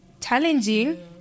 challenging